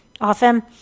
often